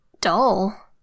Dull